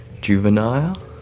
juvenile